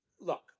look